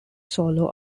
solo